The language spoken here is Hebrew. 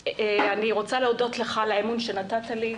אני רוצה להודות לך על האימון שנתת בי.